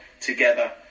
together